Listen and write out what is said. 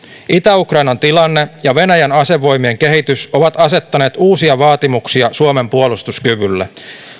itä ukrainan tilanne ja venäjän asevoimien kehitys ovat asettaneet uusia vaatimuksia suomen puolustuskyvylle